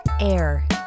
Air